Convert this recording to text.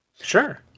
Sure